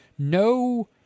No